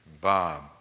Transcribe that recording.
Bob